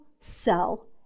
cell